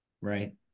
right